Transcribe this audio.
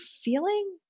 feeling